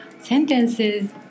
sentences